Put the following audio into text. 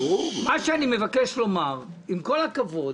עם כל הכבוד,